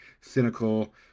cynical